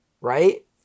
Right